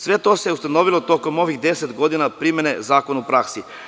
Sve to se ustanovilo tokom ovih 10 godina primene zakona u praksi.